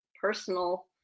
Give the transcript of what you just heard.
personal